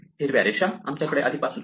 हिरव्या रेषा आमच्याकडे आधीपासून आहेत